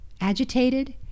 agitated